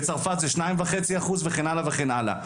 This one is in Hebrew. בצרפת זה 2.5 אחוז וכן הלאה וכן הלאה.